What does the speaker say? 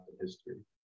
history